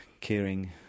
caring